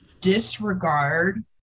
disregard